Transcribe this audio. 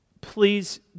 please